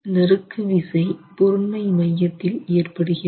நறுக்கு விசை பொருண்மை மையத்தில் ஏற்படுகிறது